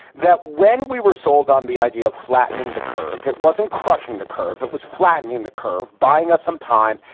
that when we were sold on the idea of flattening the curve, it wasn't crushing the curve. it was flattening the curve, buying us some time.